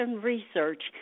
research